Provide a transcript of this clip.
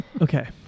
okay